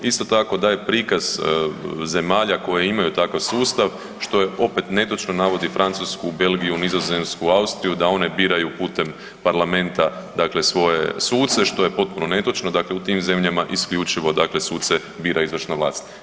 Isto tako daje prikaz zemalja koje imaju takav sustav, što je opet netočno, navodi Francusku, Belgiju, Nizozemsku, Austriju da one biraju putem parlamenta dakle svoje suce, što je potpuno netočno, dakle u tim zemljama isključivo dakle suce bira izvršna vlast.